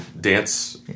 dance